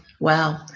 Wow